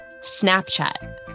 Snapchat